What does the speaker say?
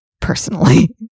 personally